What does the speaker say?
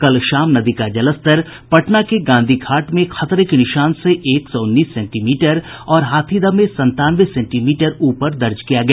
कल शाम नदी का जलस्तर पटना के गांधी घाट में खतरे के निशान से एक सौ उन्नीस सेंटीमीटर और हाथीदह में सतानवे सेंटीमीटर ऊपर दर्ज किया गया